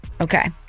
Okay